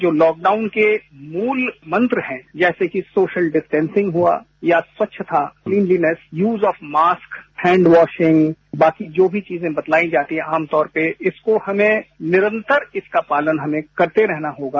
जो लॉकडाउन के मूल मंत्र हैं जैसे की सोशल डिस्टेंसिंग हुआ या स्वच्छता क्लीनीनेश यूज ऑफ मास्क है हेंड वासिंग बाकि जो भी चीजें बताई जाती है आमतौर पर इसको हमें निरंतर इसेंका पालन हमें करते रहना होंगा